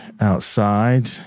outside